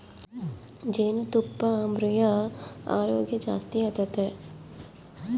ಜೇನುತುಪ್ಪಾ ಮೈಯ ಆರೋಗ್ಯ ಜಾಸ್ತಿ ಆತತೆ